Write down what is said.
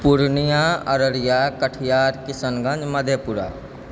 Purnia Araria Katihar Kishanganj Madhepura